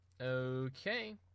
okay